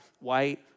white